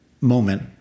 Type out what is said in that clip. moment